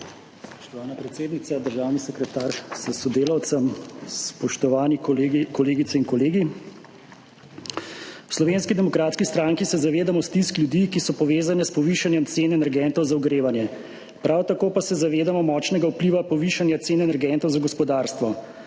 Spoštovana predsednica! Državni sekretar s sodelavcem! Spoštovani kolegice in kolegi! V Slovenski demokratski stranki se zavedamo stisk ljudi, ki so povezane s povišanjem cen energentov za ogrevanje. Prav tako pa se zavedamo močnega vpliva povišanja cen energentov za gospodarstvo.